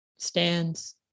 stands